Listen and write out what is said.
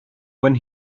when